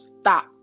stop